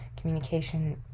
Communication